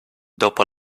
dopo